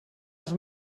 els